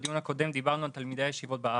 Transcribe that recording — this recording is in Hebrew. בדיון הקודם דיברנו על תלמידי הישיבות בארץ.